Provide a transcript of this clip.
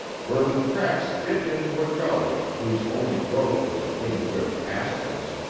where the tracks dipped into a gully whose only growth was wind-whipped aspens,